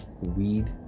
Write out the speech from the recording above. weed